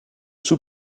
sous